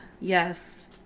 Yes